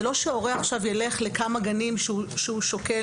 היא לא שהורה עכשיו ילך לכמה גנים שהוא שוקל